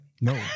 No